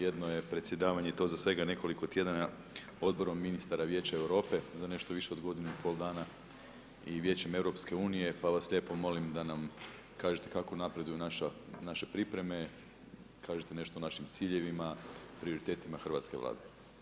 Jedno je predsjedavanje i to za svega nekoliko tjedana Odborom ministara Vijeća Europe za nešto više od godinu i pol dana i Vijećem EU, pa vas lijepo molim da nam kažete kako napreduju naše pripreme, kažete nešto o našim ciljevima, prioritetima hrvatske Vlade.